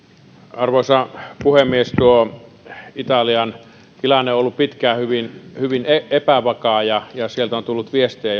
arvoisa puhemies tuo italian tilanne on ollut pitkään hyvin hyvin epävakaa ja ja sieltä on tullut viestejä